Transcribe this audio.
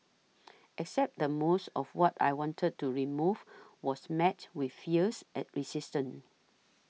except that most of what I wanted to remove was met with fierce at resistance